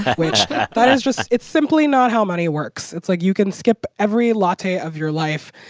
which that is just it's simply not how money works. it's, like, you can skip every latte of your life,